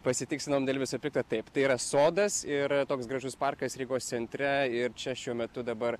pasitikslinom dėl viso pikto taip tai yra sodas ir toks gražus parkas rygos centre ir čia šiuo metu dabar